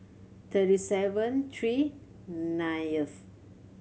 thirty seven three ninth